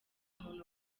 muntu